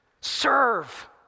serve